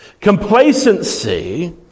Complacency